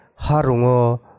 harungo